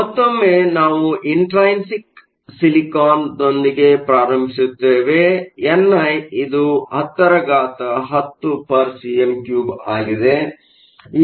ಆದ್ದರಿಂದ ಮತ್ತೊಮ್ಮೆ ನಾವು ಇಂಟ್ರೈನ್ಸಿಕ್ ಸಿಲಿಕಾನ್ನೊಂದಿಗೆ ಪ್ರಾರಂಭಿಸುತ್ತೇವೆ ಎನ್ಐ ಇದು 1010cm 3 ಆಗಿದೆ